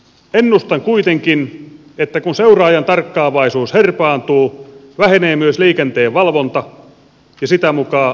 ennustan kuitenkin että kun seuraajan tarkkaavaisuus herpaantuu vähenee myös liikenteen valvonta ja sitä mukaa onnettomuustilastot paisuvat